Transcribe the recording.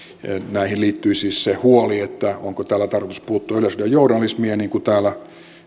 näihin liittyi siis se huoli onko tällä tarkoitus puuttua yleisradion journalismiin niin kuin täällä